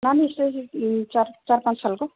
नानी यस्तै चार चार पाँच सालको